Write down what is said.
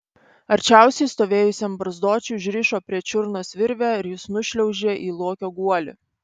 arčiausiai stovėjusiam barzdočiui užrišo prie čiurnos virvę ir jis nušliaužė į lokio guolį